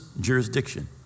jurisdiction